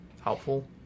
helpful